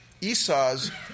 Esau's